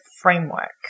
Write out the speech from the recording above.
framework